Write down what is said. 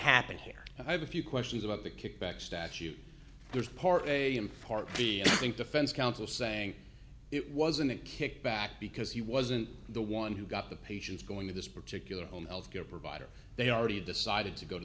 happen here and i have a few questions about the kickback statute there's part a part of the think defense counsel saying it wasn't a kickback because he wasn't the one who got the patients going to this particular home health care provider they already decided to go to